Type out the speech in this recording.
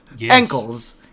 ankles